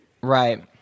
Right